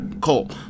Cole